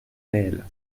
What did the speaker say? réel